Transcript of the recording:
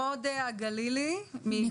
(אומרת דברים בשפת הסימנים, להלן תרגומם.